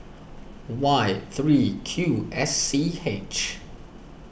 Y three Q S C H